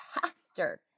pastor